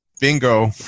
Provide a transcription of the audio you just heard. Bingo